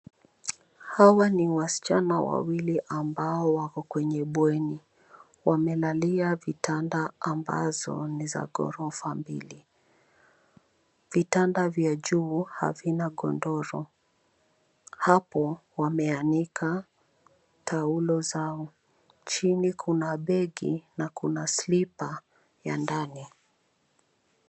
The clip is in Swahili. Hawa ni wasichana wawili ambao wako kwenye bweni. Wamelalia vitanda ambazo ni za ghorofa mbili. Vitanda vya juu havina godoro. Hapo wameanika taulo zao. Chini kuna begi na kuna slipa ya ndani.